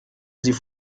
sie